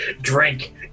Drink